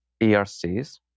ERCs